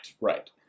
right